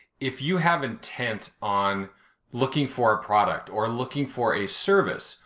if you have intent on looking for a product or looking for a service,